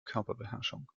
körperbeherrschung